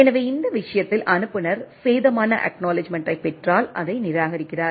எனவே இந்த விஷயத்தில் அனுப்புநர் சேதமான அக்நாலெட்ஜ்மென்ட்டைப் பெற்றால் அதை நிராகரிக்கிறார்